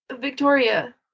victoria